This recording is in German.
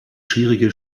schwierige